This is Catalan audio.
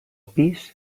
pis